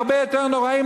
הרבה יותר נוראים,